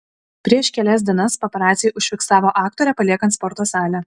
prieš kelias dienas paparaciai užfiksavo aktorę paliekant sporto salę